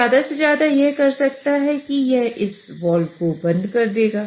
ज्यादा से ज्यादा यह कर सकता है कि यह इस वाल्व को बंद कर देगा